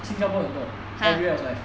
新加坡很多 everywhere was like